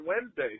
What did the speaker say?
Wednesday